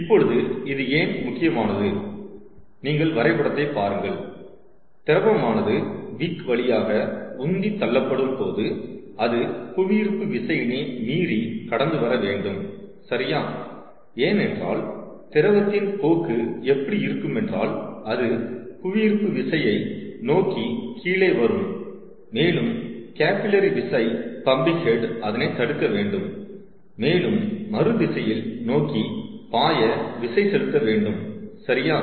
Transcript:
இப்பொழுது இது ஏன் முக்கியமானது நீங்கள் வரைபடத்தை பாருங்கள் திரவமானது விக் வழியாக உந்தித் தள்ளப்படும் போது அது புவியீர்ப்பு விசையினை மீறி கடந்து வரவேண்டும் சரியா ஏனென்றால் திரவத்தின் போக்கு எப்படி இருக்குமென்றால் அது புவியீர்ப்பு விசை திசையை நோக்கி கீழே வரும் மேலும் கேபில்லரி விசை பம்பிங் ஹெட் அதனை தடுக்க வேண்டும் மேலும் மறு திசையை நோக்கி பாய விசை செலுத்தவேண்டும் சரியா